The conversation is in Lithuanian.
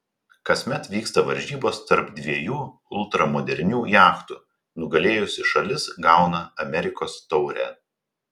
kasmet vyksta varžybos tarp dviejų ultramodernių jachtų nugalėjusi šalis gauna amerikos taurę